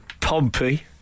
Pompey